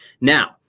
Now